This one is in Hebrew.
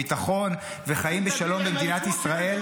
ביטחון וחיים בשלום במדינת ישראל